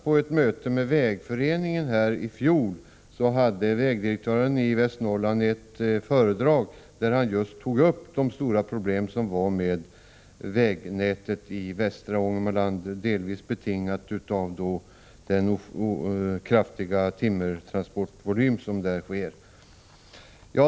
På ett möte med vägföreningen i fjol höll vägdirektören i Västernorrland ett föredrag där han just tog upp de stora problemen med vägnätet i västra Ångermanland, delvis betingade av den kraftiga volymen av den timmertransport som där sker.